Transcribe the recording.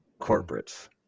corporates